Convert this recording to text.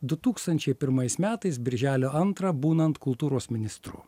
du tūkstančiai pirmais metais birželio antrą būnant kultūros ministru